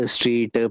Street